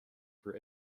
for